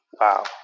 Wow